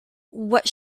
what